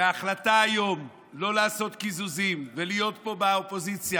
שההחלטה היום לא לעשות קיזוזים ולהיות פה באופוזיציה